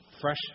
fresh